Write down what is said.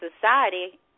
society